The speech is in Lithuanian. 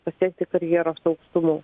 pasiekti karjeros aukštumų